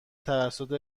توسط